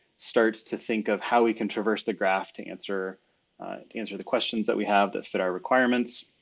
start to think of how we can traverse the graph to answer to answer the questions that we have that fit our requirements.